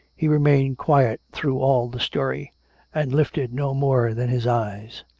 he remained quiet through all the story and lifted no more than his eyes.